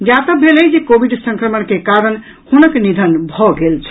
ज्ञातब्य भेल अछि जे कोविड संक्रमण के कारण हुनक निधन भऽ गेल छल